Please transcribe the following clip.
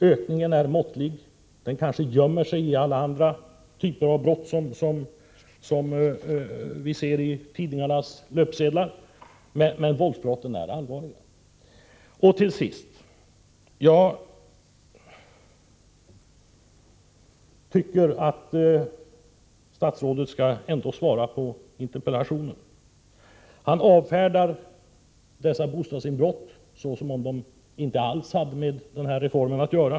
Ökningen är måttlig, den kanske gömmer sig i alla andra typer av brott som vi ser på tidningarnas löpsedlar. Våldsbrotten är emellertid allvarliga. Till sist tycker jag att statsrådet ändå skall svara på interpellationen. Han avfärdar dessa bostadsinbrott som om de inte alls hade med den här reformen att göra.